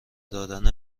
دادن